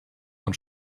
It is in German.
von